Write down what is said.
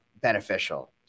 beneficial